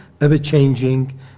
ever-changing